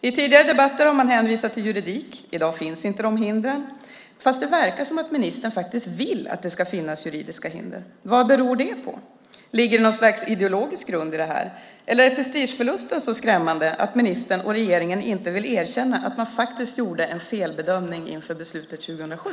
I tidigare debatter har man hänvisat till juridik. I dag finns inte de hindren. Fast det verkar som om ministern faktiskt vill att det ska finnas juridiska hinder. Vad beror det på? Ligger det något slags ideologisk grund i det här eller är prestigeförlusten så skrämmande att ministern och regeringen inte vill erkänna att man faktiskt gjorde en felbedömning inför beslutet 2007?